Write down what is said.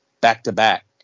back-to-back